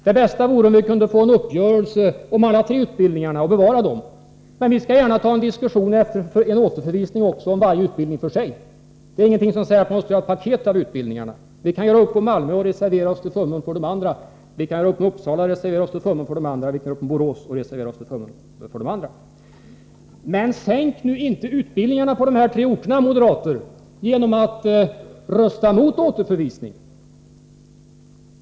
Det bästa vore om vi kunde nå en uppgörelse om alla tre utbildningarna och bevara dem. Men vi skall gärna diskutera varje utbildning för sig. Det är ingenting som säger att man måste göra ett paket av utbildningarna. Vi kan göra upp i fråga om Malmö och reservera oss till förmån för de andra utbildningarna. Vi kan göra upp i fråga om Uppsala eller Borås och reservera oss till förmån för de andra. Men sänk nu inte utbildningarna på de här tre orterna, moderater, genom att rösta emot återförvisning!